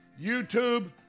YouTube